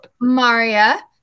Maria